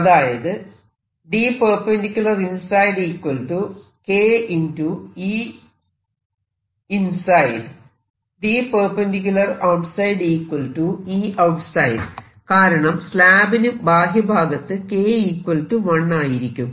അതായത് കാരണം സ്ലാബിനു ബാഹ്യഭാഗത്ത് K 1 ആയിരിക്കും